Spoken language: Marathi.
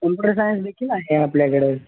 कम्प्युटर सायन्स देखील आहे आपल्याकडं